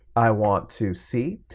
i want to see,